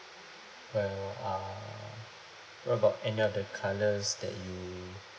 well uh what about any other colours that you